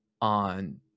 on